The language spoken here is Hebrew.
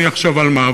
אחשוב על מה.